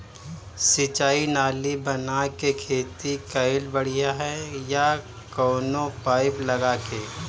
सिंचाई नाली बना के खेती कईल बढ़िया ह या कवनो पाइप लगा के?